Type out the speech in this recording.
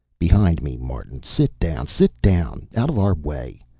behind me, martin. sit down, sit down. out of our way.